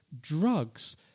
drugs